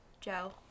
joe